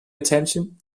attention